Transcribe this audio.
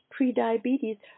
prediabetes